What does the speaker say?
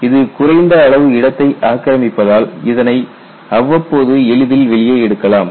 இது குறைந்த அளவு இடத்தை ஆக்கிரமிப்பதால் இதனை அவ்வப்போது எளிதில் வெளியே எடுக்கலாம்